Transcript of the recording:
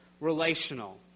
Relational